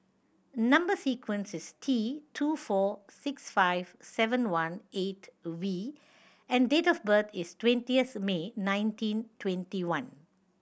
number sequence is T two four six five seven one eight V and date of birth is twenteith May nineteen twenty one